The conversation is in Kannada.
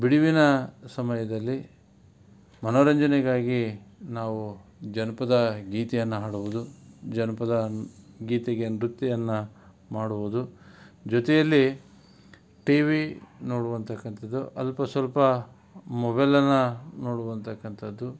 ಬಿಡುವಿನ ಸಮಯದಲ್ಲಿ ಮನೋರಂಜನೆಗಾಗಿ ನಾವು ಜನಪದ ಗೀತೆಯನ್ನು ಹಾಡುವುದು ಜನಪದ ಗೀತೆಗೆ ನೃತ್ಯವನ್ನ ಮಾಡುವುದು ಜೊತೆಯಲ್ಲಿ ಟಿ ವಿ ನೋಡುವಥಕ್ಕಂಥದ್ದು ಅಲ್ಪ ಸ್ವಲ್ಪ ಮೊಬೆಲನ್ನು ನೋಡುವಥಕ್ಕಂಥದ್ದು